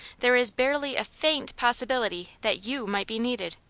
there is barely a faint possibility that you might be needed.